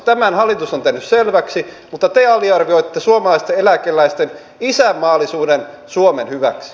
tämän hallitus on tehnyt selväksi mutta te aliarvioitte suomalaisten eläkeläisten isänmaallisuuden suomen hyväksi